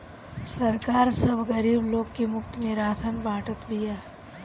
सरकार सब गरीब लोग के मुफ्त में राशन बांटत बिया